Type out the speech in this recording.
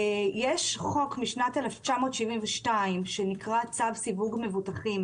יש חוק משנת 1972 שנקרא "צו סיווג מבוטחים",